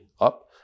up